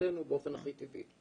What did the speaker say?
באמצעותנו באופן הכי טבעי.